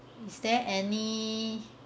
is there any